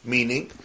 Meaning